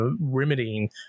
remedying